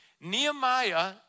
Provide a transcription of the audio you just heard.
Nehemiah